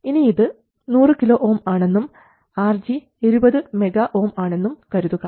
ഇനി ഇത് 100 kΩ ആണെന്നും RG 20 MΩ ആണെന്നും കരുതുക